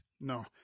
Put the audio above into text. No